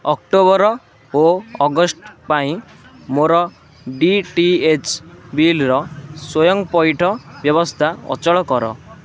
October ଓ August ପାଇଁ ମୋର ଡି ଟି ଏଚ୍ ବିଲର ସ୍ଵୟଂପଇଠ ବ୍ୟବସ୍ଥା ଅଚଳ କର